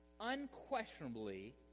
unquestionably